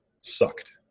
sucked